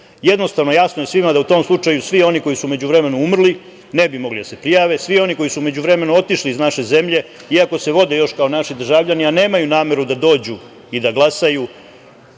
Jednostavno, jasno je svima da u tom slučaju svi oni koji su u međuvremenu umrli ne bi mogli da se prijave, svi oni koji su u međuvremenu otišli iz naše zemlje, iako se vode još kao naši državljani, a nemaju nameru da dođu i da glasaju,